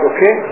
Okay